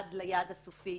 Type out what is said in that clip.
עד ליעד הסופי,